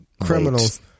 criminals